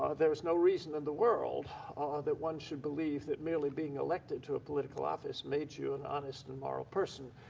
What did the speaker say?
ah there's no reason in the world that one should believe that merely being elected to a political office makes you an honest and moral person.